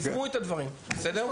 עברו את הדברים, בסדר?